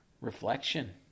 reflection